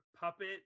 puppet